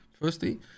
firstly